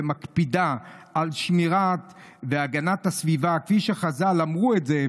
ומקפידה על שמירת והגנת הסביבה כפי שחז"ל אמרו את זה,